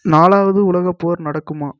நாலாவது உலகப் போர் நடக்குமா